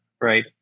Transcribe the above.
right